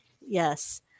Yes